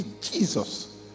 Jesus